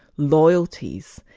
loyalties,